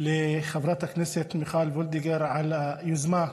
לחברת הכנסת מיכל וולדיגר על היוזמה,